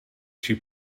she